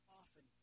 often